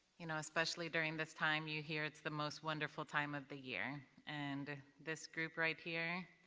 you know, especially during this time, you hear it's the most wonderful time of the year, and this group right here,